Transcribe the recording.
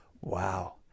Wow